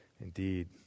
indeed